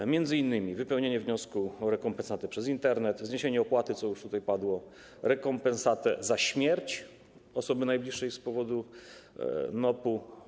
To m.in.: możliwość wypełnienia wniosku o rekompensatę przez Internet, zniesienie opłaty, co już tutaj padło, rekompensata za śmierć osoby najbliższej z powodu NOP-u.